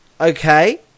Okay